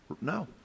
No